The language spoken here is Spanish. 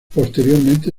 posteriormente